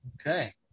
okay